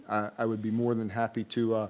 i would be more than happy to.